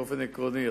באופן עקרוני,